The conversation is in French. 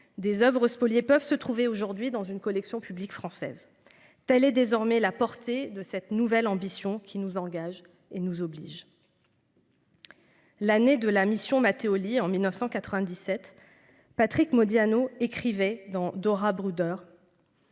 des Oeuvres spoliées peuvent se trouver aujourd'hui dans une collection publique française. Telle est désormais la portée de cette nouvelle ambition qui nous engage et nous oblige. L'année de la mission Mattéoli. En 1997, Patrick Modiano écrivez dans Dora Bruder.